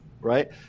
right